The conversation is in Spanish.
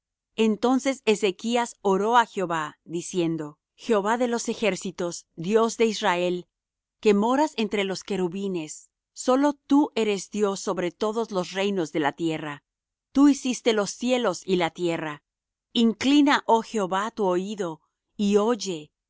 entonces ezechas oró á jehová diciendo jehová de los ejércitos dios de israel que moras entre los querubines sólo tú eres dios sobre todos los reinos de la tierra tú hiciste los cielos y la tierra inclina oh jehová tu oído y oye